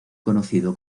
conocido